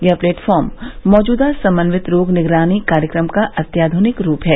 यह प्लेटफार्म मौजूदा समन्वित रोग निगरानी कार्यक्रम का अत्याधनिक रूप है